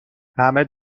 همه